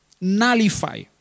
nullify